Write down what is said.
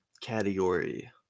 category